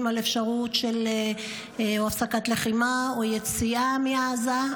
אפשרות של הפסקת לחימה או יציאה מעזה,